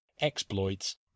exploits